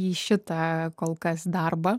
į šitą kol kas darbą